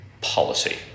policy